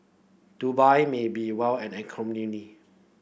Dubai may be well an